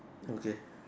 okay